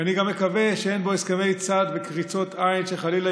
ואני גם מקווה שאין בו הסכמי צד וקריצות עין שחלילה